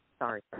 Sorry